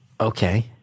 okay